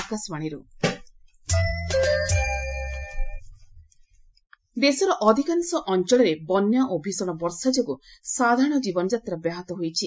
rain ଦେଶର ଅଧିକାଂଶ ଅଞ୍ଚଳରେ ବନ୍ୟା ଓ ଭୀଷଣ ବର୍ଷା ଯୋଗୁଁ ସାଧାରଣ ଜୀବନଯାତ୍ରା ବ୍ୟାହତ ହୋଇଛି